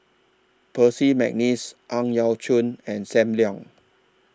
Percy Mcneice Ang Yau Choon and SAM Leong